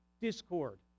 discord